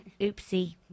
Oopsie